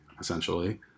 essentially